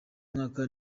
mwaka